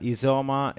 Isoma